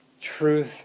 truth